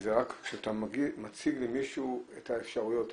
וזה רק כשאתה מציג למישהו את האפשרויות,